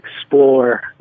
explore